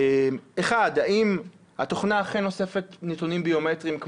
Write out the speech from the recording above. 1. האם התוכנה אכן אוספת נתונים ביומטריים,